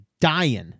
dying